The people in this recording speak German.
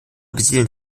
besiedeln